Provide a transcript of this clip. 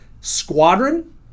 squadron